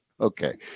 Okay